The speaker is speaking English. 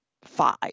five